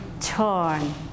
turn